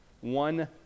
one